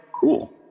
Cool